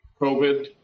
COVID